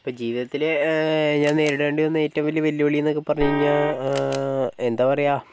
ഇപ്പോൾ ജീവിതത്തിലെ ഞാൻ നേരിടേണ്ടി വന്ന ഏറ്റവും വലിയ വെല്ലുവിളി എന്നൊക്കെ പറഞ്ഞുകഴിഞ്ഞാൽ എന്താണ് പറയുക